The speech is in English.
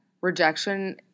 rejection